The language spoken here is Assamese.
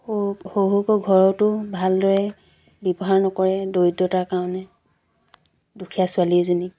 শহুৰ শহুৰেকৰ ঘৰতো ভালদৰে ব্যৱহাৰ নকৰে দৰিদ্ৰতাৰ কাৰণে দুখীয়া ছোৱালী এজনী